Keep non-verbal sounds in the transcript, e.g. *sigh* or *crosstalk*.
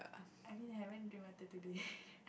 I mean haven't drink water today *laughs*